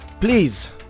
please